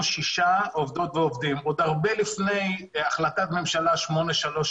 דות ועובדים ועוד הרבה לפני החלטת ממשלה 833